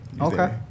Okay